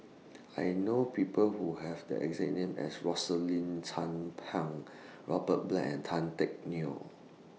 I know People Who Have The exact name as Rosaline Chan Pang Robert Black and Tan Teck Neo